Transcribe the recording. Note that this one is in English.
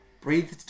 Breathe